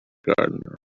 gardener